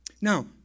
Now